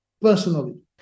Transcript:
personally